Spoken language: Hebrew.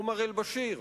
עומר אל-באשיר,